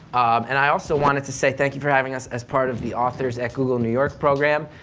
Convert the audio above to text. and i also wanted to say thank you for having us as part of the authors at google new york program,